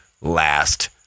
last